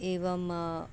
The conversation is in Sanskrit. एवम्